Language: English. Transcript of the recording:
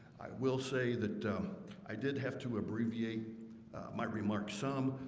i will say that i did have to abbreviate my remarks um,